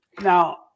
Now